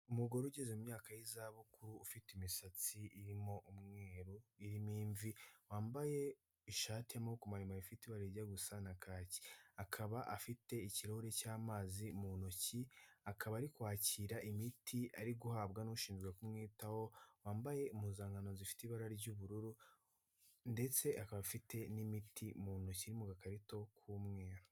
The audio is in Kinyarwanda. Umugore ugeze mu myaka y'izabukuru, ufite imisatsi irimo umweru irimo imvi, wambaye ishati y'amaboko maremare ifite iba rijya gusa na kaki, akaba afite ikirahure cy'amazi mu ntoki, akaba ari kwakira imiti ari guhabwa n'ushinjwa kumwitaho wambaye impuzankano zifite ibara ry'ubururu ndetse akaba afite n'imiti mu ntoki iri mu gakarito k'umweru.